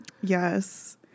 Yes